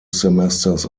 semesters